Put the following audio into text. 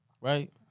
right